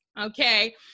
Okay